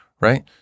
right